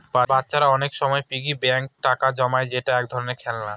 বাচ্চারা অনেক সময় পিগি ব্যাঙ্কে টাকা জমায় যেটা এক ধরনের খেলনা